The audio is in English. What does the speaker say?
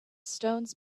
stones